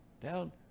down